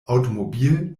automobil